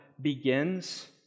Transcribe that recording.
begins